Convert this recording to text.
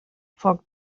foc